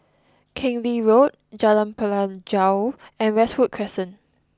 Keng Lee Road Jalan Pelajau and Westwood Crescent